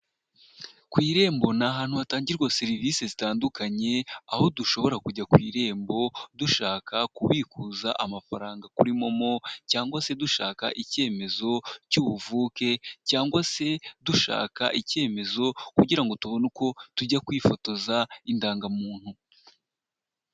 Ku Irembo ni ahantu hatangirwa serivisi zitandukanye aho dushobora kujya ku irembo dushaka kubikuza amafaranga kuri momo cyangwa se dushaka icyemezo cy'ubuvuke cyangwa se dushaka icyemezo kugira ngo tubone uko tujya kwifotoza indangamuntu.